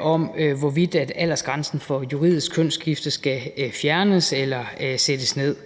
om, hvorvidt aldersgrænsen for juridisk kønsskifte skal fjernes eller sættes ned.